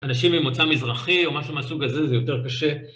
אנשים עם מוצא מזרחי או משהו מהסוג הזה זה יותר קשה.